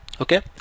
okay